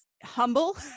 humble